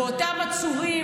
ואותם עצורים,